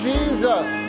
Jesus